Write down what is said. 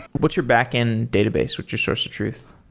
what's your backend database? what's your source of truth?